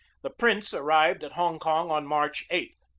the prince arrived at hong kong on march eight.